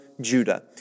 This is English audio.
Judah